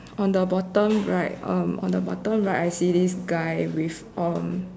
on the bottom right um on the bottom right I see this guy with um